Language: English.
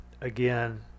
again